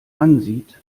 ansieht